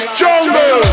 jungle